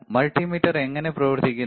multimeter എങ്ങനെ പ്രവർത്തിക്കുന്നു